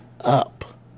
up